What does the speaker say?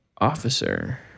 officer